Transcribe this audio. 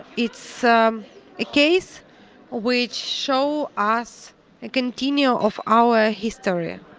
it's um a case which shows us a continue of our history. ah